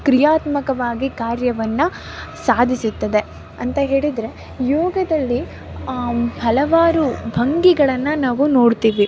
ಕ್ರಿಯಾತ್ಮಕವಾಗಿ ಕಾರ್ಯವನ್ನು ಸಾಧಿಸುತ್ತದೆ ಅಂತ ಹೇಳಿದರೆ ಯೋಗದಲ್ಲಿ ಹಲವಾರು ಭಂಗಿಗಳನ್ನು ನಾವು ನೋಡುತ್ತೀವಿ